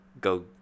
go –